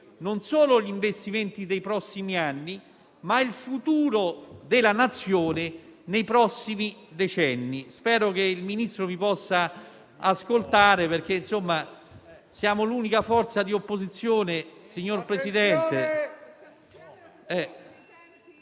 non solo gli investimenti dei prossimi anni, ma anche il futuro della Nazione nei prossimi decenni. Spero che il Ministro mi possa ascoltare, perché siamo l'unica forza di opposizione. Signor Ministro,